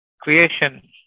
creation